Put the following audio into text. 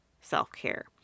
self-care